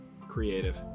creative